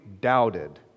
doubted